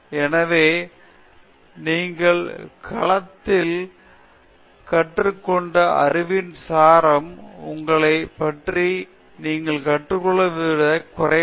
எனவே நீங்கள் களத்தில் கற்றுக் கொண்ட அறிவின் சாரம் உங்களைப் பற்றி நீங்கள் கற்றுக்கொள்வதை விட குறைவாக இருக்கிறது என்று அவர் எப்போதும் கூறுகிறார்